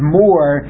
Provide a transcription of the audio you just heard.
more